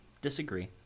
Disagree